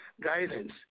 guidance